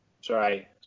Sorry